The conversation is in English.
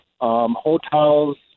hotels